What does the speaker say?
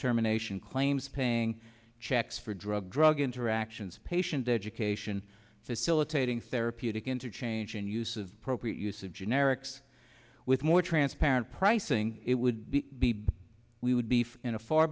determination claims paying checks for drug drug interactions patients education facilitating therapeutic interchange and use of appropriate use of generics with more transparent pricing it would be we would be for in a far